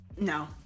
No